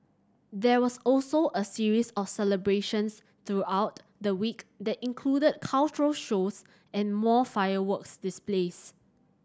there was also a series of celebrations throughout the week that included cultural shows and more fireworks displays